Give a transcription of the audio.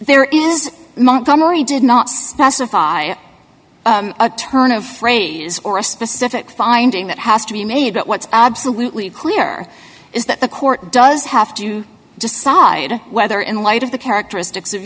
there is montgomery did not specify a turn of phrase or a specific finding that has to be made but what's absolutely clear is that the court does have to decide whether in light of the characteristics of